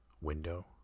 window